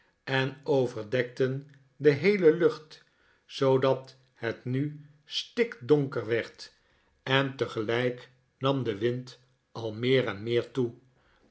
en overdekten de heele lucht zoodat het nu stikdonker werd en tegelijk nam de wind al meer en meer toe